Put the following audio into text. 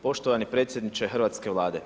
Poštovani predsjedniče hrvatske Vlade.